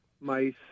mice